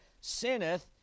sinneth